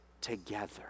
together